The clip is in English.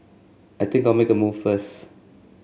I think I'll make a move first